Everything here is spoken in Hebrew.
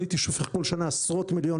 אני הייתי שופך כל שנה עשרות מיליונים,